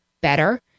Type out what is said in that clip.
better